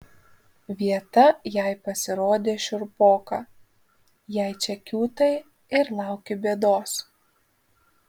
vieta jai pasirodė šiurpoka jei čia kiūtai ir lauki bėdos